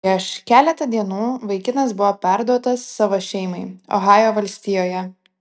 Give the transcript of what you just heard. prieš keletą dienų vaikinas buvo perduotas savo šeimai ohajo valstijoje